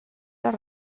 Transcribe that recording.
les